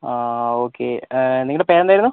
ആ ഓക്കെ നിങ്ങളുടെ പേരെന്തായിരുന്നു